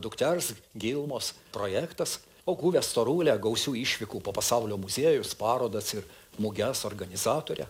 dukters gilmos projektas o guvią storulę gausių išvykų po pasaulio muziejus parodas ir muges organizatorę